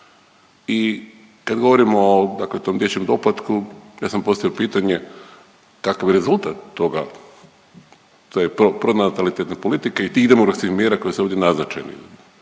I kad govorimo o tom dječjem doplatku ja sam postavio pitanje kakav je rezultat toga te pronatalitetne politike i tih demografskih mjera koje su ovdje naznačeni,